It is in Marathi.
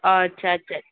अच्छा अच्छा